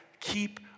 keep